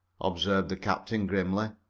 observed the captain grimly.